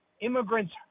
immigrants